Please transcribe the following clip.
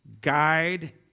guide